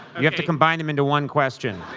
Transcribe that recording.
you have to combine them into one question.